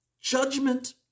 judgment